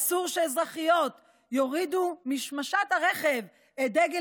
אסור שאזרחיות יורידו משמשת הרכב את דגל